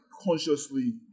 consciously